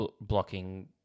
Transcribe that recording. blocking